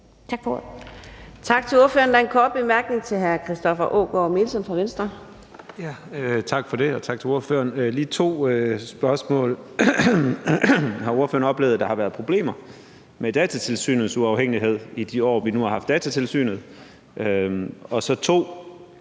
Tak for ordet.